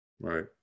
Right